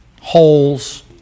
Holes